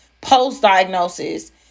post-diagnosis